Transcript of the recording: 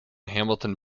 hamilton